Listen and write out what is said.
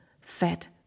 fat